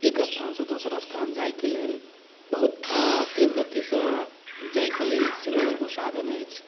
एक स्थानसँ दोसर स्थान जाइके लेल बहुत तीव्र गतिसँ जाइके लेल सेहो एगो साधन अछि